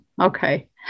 Okay